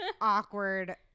awkward